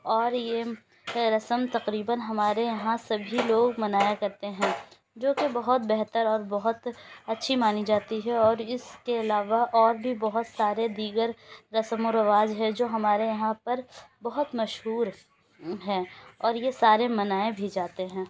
اور یہ رسم تقریباً ہمارے یہاں سبھی لوگ منایا کرتے ہیں جوکہ بہت بہتر اور بہت اچھی مانی جاتی ہے اور اس کے علاوہ اور بھی بہت سارے دیگر رسم و رواج ہے جو ہمارے یہاں پر بہت مشہور ہیں اور یہ سارے منائے بھی جاتے ہیں